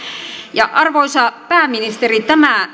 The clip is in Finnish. ja arvoisa pääministeri tämä